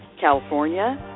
California